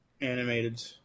animated